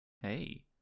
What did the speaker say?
Hey